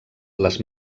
les